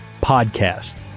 Podcast